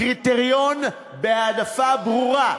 קריטריון בהעדפה ברורה,